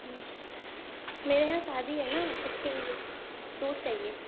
ہوں میرے یہاں شادی ہے نا اس کے لیے دودھ چاہیے